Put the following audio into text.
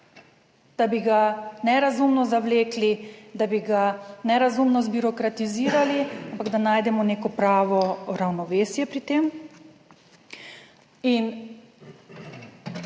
da bi ga nerazumno zavlekli, da bi ga nerazumno zbirokratizirali, ampak da najdemo neko pravo ravnovesje pri tem